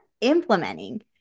implementing